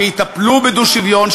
שיטפלו בדו-שוויון,